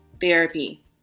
therapy